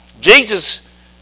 Jesus